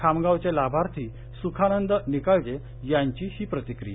खामगावचे लाभार्थी सुखानंद निकाळजे यांची ही प्रतिक्रीया